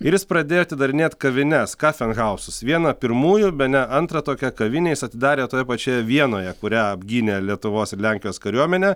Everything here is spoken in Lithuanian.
ir jis pradėjo atidarinėt kavines kafenhausus vieną pirmųjų bene antrą tokią kavinę jis atidarė toje pačioje vienoje kurią apgynė lietuvos ir lenkijos kariuomenė